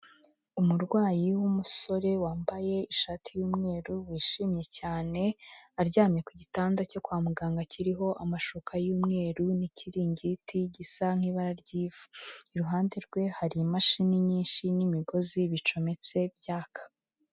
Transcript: Umurwayi w'umusore wambaye ishati y'umweru wishimye cyane, aryamye ku gitanda cyo kwa muganga kiriho amashuka y'umweru n'ikiringiti gisa nk'ibara ry'ivu, iruhande rwe hari imashini nyinshi n'imigozi bicometse byaka.